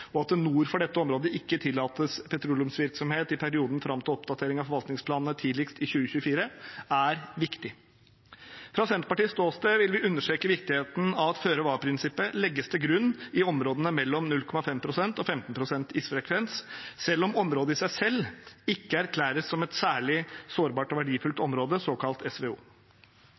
og at det nord for dette området ikke tillates petroleumsvirksomhet i perioden fram til oppdateringen av forvaltningsplanene, tidligst i 2024, er viktig. Fra Senterpartiets ståsted vil vi understreke viktigheten av at føre-var-prinsippet legges til grunn i områdene mellom 0,5 pst. og 15 pst. isfrekvens, selv om området i seg selv ikke erklæres som et særlig sårbart og verdifullt område, et såkalt SVO.